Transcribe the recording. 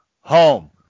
home